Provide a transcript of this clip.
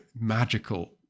magical